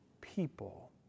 people